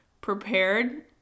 prepared